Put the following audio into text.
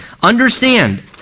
Understand